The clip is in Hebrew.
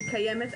היא קיימת,